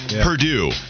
Purdue